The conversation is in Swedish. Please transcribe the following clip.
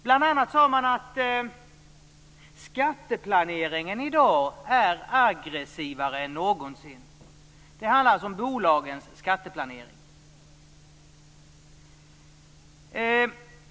Bl.a. sade man att skatteplaneringen i dag är aggressivare än någonsin. Det handlar om bolagens skatteplanering.